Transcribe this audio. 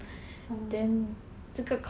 oh